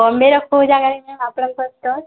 ବମ୍ବେର କୋଉ ଜାଗାରେ ମ୍ୟାମ୍ ଆପଣଙ୍କର୍ ଷ୍ଟଲ୍